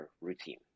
routine